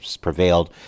prevailed